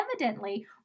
evidently